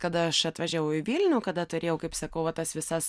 kada aš atvažiavau į vilnių kada turėjau kaip sakau va tas visas